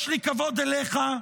יש לי כבוד אליך,